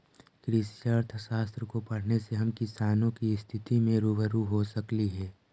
कृषि अर्थशास्त्र को पढ़ने से हम किसानों की स्थिति से रूबरू हो सकली हे